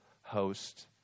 host